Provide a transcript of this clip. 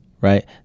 right